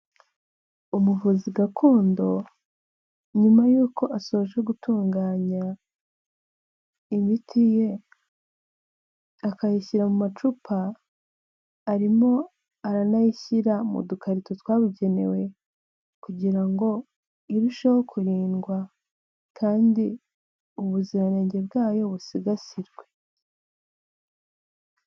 Umuvuzi gakondo nyuma yuko asoje gutunganya imiti ye akayishyira mu macupa, arimo aranayishyira mu dukarito twabugenewe kugira ngo irusheho kurindwa, kandi ubuziranenge bwayo busigasirwe.